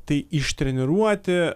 tai ištreniruoti